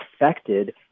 affected